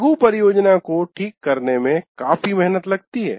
लघु परियोजना को ठीक करने में काफी मेहनत लगती है